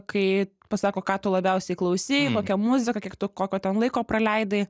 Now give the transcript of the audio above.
kai pasako ką tu labiausiai klausei kokią muziką kiek tu kokio ten laiko praleidai